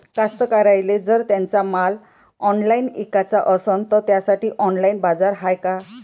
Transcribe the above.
कास्तकाराइले जर त्यांचा माल ऑनलाइन इकाचा असन तर त्यासाठी ऑनलाइन बाजार हाय का?